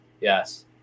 yes